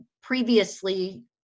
previously